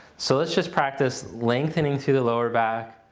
so let's just practice lengthening through the lower back.